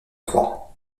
croix